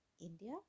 India